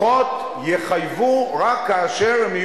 רשימת דוחות רק כאשר יש